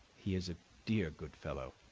he is a dear good fellow,